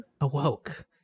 Awoke